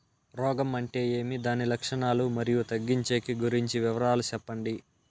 రోగం అంటే ఏమి దాని లక్షణాలు, మరియు తగ్గించేకి గురించి వివరాలు సెప్పండి?